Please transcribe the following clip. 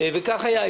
וכך היה.